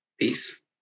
Peace